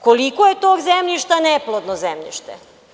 Koliko je tog zemljišta neplodno zemljište?